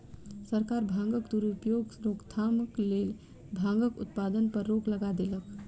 सरकार भांगक दुरुपयोगक रोकथामक लेल भांगक उत्पादन पर रोक लगा देलक